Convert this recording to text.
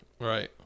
Right